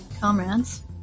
comrades